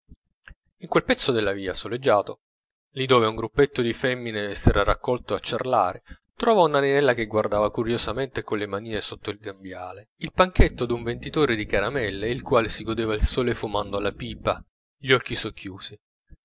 in quel pezzo della via soleggiato lì dove un gruppetto di femmine s'era raccolto a ciarlare trovò nanninella che guardava curiosamente con le manine sotto il grembiale il panchetto d'un venditore di caramelle il quale si godeva il sole fumando la pipa gli occhi socchiusi